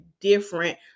different